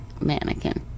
mannequin